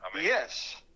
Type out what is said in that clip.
Yes